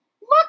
look